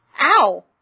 Ow